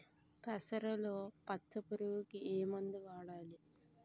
పెసరలో పచ్చ పురుగుకి ఏ మందు వాడాలి?